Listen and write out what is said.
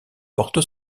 porte